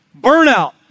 Burnout